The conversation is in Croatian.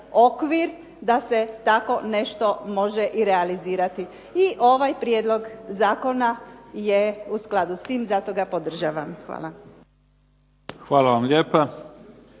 da se tako nešto može i realizirati. I ovaj prijedlog zakona je u skladu s tim, zato ga podržavam. Hvala. **Mimica,